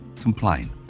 complain